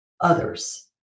others